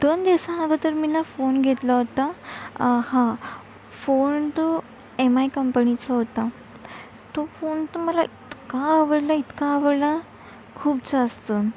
दोन दिवसाअगोदर मी फोन घेतला होता हं फोन तो एम आय कंपनीचा होता तो फोन तर मला इतका आवडला इतका आवडला खूप जास्त